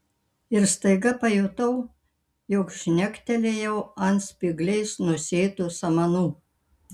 ir staiga pajutau jog žnektelėjau ant spygliais nusėtų samanų